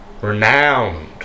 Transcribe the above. Renowned